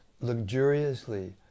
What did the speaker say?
luxuriously